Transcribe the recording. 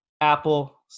Apple